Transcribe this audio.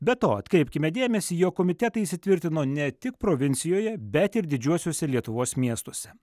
be to atkreipkime dėmesį jog komitetai įsitvirtino ne tik provincijoje bet ir didžiuosiuose lietuvos miestuose